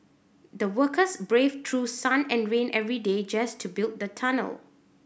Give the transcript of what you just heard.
the workers braved through sun and rain every day just to build the tunnel